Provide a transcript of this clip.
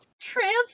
trans